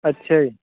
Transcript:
ਅੱਛਾ ਜੀ